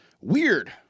weird